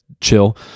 chill